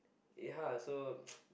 ya so